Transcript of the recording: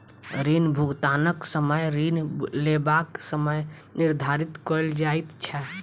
ऋण भुगतानक समय ऋण लेबाक समय निर्धारित कयल जाइत छै